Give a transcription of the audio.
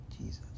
Jesus